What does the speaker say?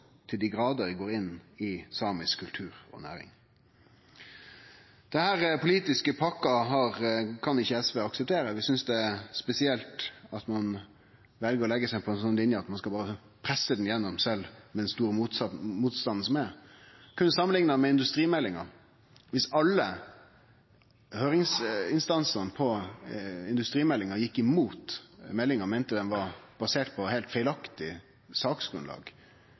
til dei grader går inn i samisk kultur og næring. Denne politiske pakka kan ikkje SV akseptere, vi synest det er spesielt at ein vel å leggje seg på ei slik linje at ein berre skal presse ho gjennom, sjølv med den store motstanden som er. Eg kunne samanlikna med industrimeldinga. Viss alle høyringsinstansane for industrimeldinga gjekk imot meldinga og meinte ho var basert på heilt feilaktig saksgrunnlag,